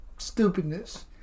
stupidness